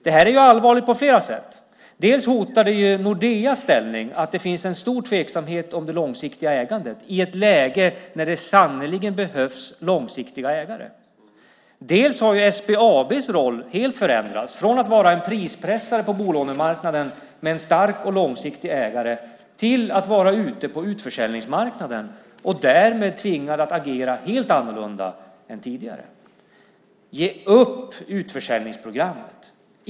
Det här är allvarligt på flera sätt. Dels hotar det Nordeas ställning att det finns en stor tveksamhet om det långsiktiga ägandet i ett läge där det sannerligen behövs långsiktiga ägare, dels har SBAB:s roll helt förändrats från att vara en prispressare på bolånemarknaden med en stark och långsiktig ägare till att vara ute på utförsäljningsmarknaden och därmed tvingad att agera helt annorlunda än tidigare. Ge upp utförsäljningsprogrammet!